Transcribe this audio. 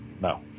No